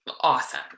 awesome